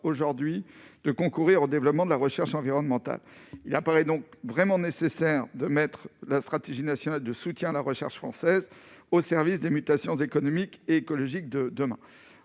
loin de concourir au développement de la recherche environnementale. Il apparaît donc nécessaire de mettre la stratégie nationale de soutien à la recherche française au service des mutations économiques et écologiques de demain.